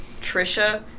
Trisha